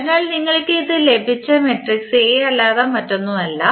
അതിനാൽ ഇത് നിങ്ങൾക്ക് ലഭിച്ച മാട്രിക്സ് A അല്ലാതെ മറ്റൊന്നുമല്ല